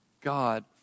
God